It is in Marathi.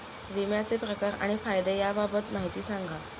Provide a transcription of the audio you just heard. विम्याचे प्रकार आणि फायदे याबाबत माहिती सांगा